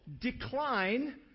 decline